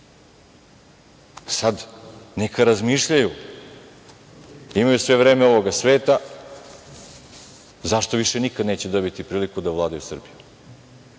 neka razmišljaju, imaju sve vreme ovoga sveta, zašto više nikada neće dobiti priliku da vladaju Srbijom